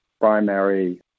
primary